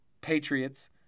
Patriots